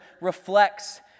reflects